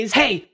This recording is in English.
hey